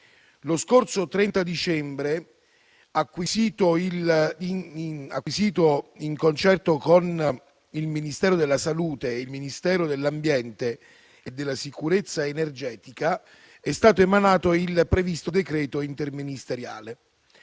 Lo scorso 30 dicembre, acquisito il concerto con il Ministero della salute e il Ministero dell'ambiente e della sicurezza energetica, è stato emanato il previsto decreto interministeriale: